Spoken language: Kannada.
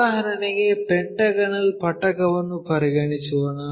ಉದಾಹರಣೆಗೆ ಪೆಂಟಾಗೋನಲ್ ಪಟ್ಟಕವನ್ನು ಪರಿಗಣಿಸೋಣ